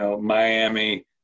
Miami